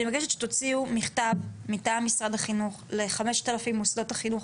שתוציאו מכתב מטעם משרד החינוך ל- 5,000 מוסדות החינוך,